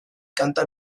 kanta